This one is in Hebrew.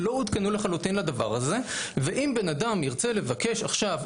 בין היתר פה בכנסת,